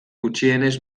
gutxienez